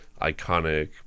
iconic